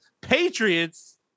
Patriots